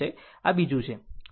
આ બીજું છે